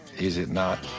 is it not?